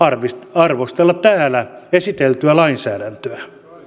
arvostella täällä esiteltyä lainsäädäntöä